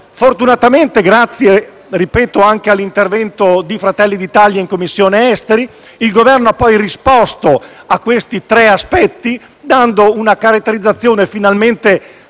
Fortunatamente, grazie anche all'intervento di Fratelli d'Italia in Commissione affari esteri, il Governo ha risposto su questi tre aspetti, dando una caratterizzazione finalmente